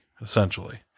essentially